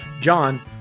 John